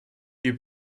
you